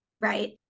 Right